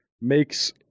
makes